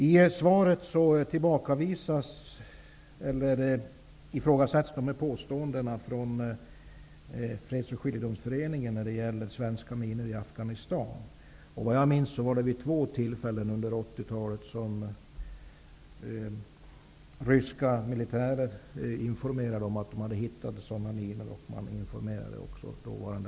I svaret ifrågasätts Freds och skiljedomsföreningens påstående om svenska minor i Afghanistan. Såvitt jag minns var det vid två tillfällen under 80-talet som ryska militärer informerade om att de hade hittat sådana minor.